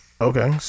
Okay